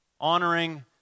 honoring